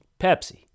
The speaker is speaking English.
Pepsi